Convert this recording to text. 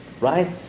right